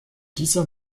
dieser